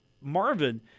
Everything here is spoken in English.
Marvin